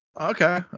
Okay